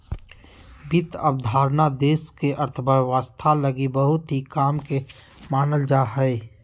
वित्त अवधारणा देश के अर्थव्यवस्था लगी बहुत ही काम के मानल जा हय